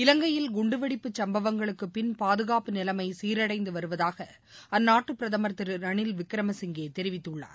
இலங்கையில் குண்டுவெடிப்பு சம்பவங்களுக்கு பின் பாதுகாப்பு நிலைமை சீரடைந்து வருவதாக அந்நாட்டு பிரதமர் திரு ரனில் விக்ரமசிங்கே தெரிவித்துள்ளார்